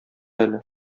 әле